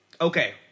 Okay